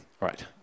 right